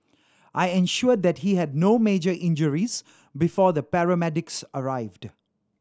I ensured that he had no major injuries before the paramedics arrived